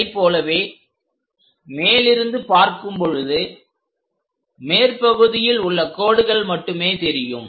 அதைப்போலவே மேலிருந்து பார்க்கும் பொழுது மேற்பகுதியில் உள்ள கோடுகள் மட்டுமே தெரியும்